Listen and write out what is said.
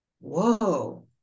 whoa